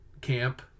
camp